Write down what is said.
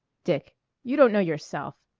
dick you don't know yourself.